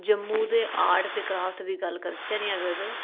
जम्मू ते आर्ट ते क्राफ्ट दी गल्ल करचै निं अगर